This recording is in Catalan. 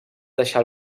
deixar